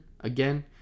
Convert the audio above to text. again